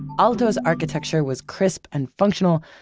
aalto's architecture was crisp and functional,